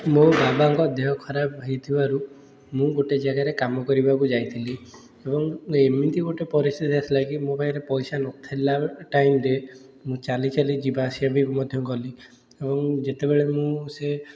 ମୋ ବାବାଙ୍କ ଦେହ ଖରାପ ହେଇଥିବାରୁ ମୁଁ ଗୋଟେ ଜାଗାରେ କାମ କରିବାକୁ ଯାଇଥିଲି ଏବଂ ଏମିତି ଗୋଟେ ପରିସ୍ଥିତି ଆସିଲା କି ମୋ ପାଖରେ ପଇସା ନଥିଲା ଟାଇମରେ ମୁଁ ଚାଲି ଚାଲି ଯିବା ଆସିବା ବି ମଧ୍ୟ ଗଲି ଏବଂ ଯେତେବେଳେ ମୁଁ ସିଏ